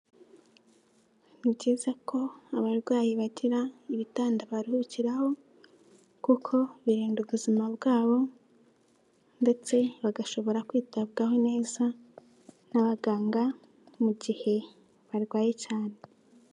Ni byiza ko abarwayi bagira ibitanda baruhukiraho kuko birinda ubuzima bwabo ndetse bagashobora kwitabwaho neza n'abaganga mu gihe barwaye cyane.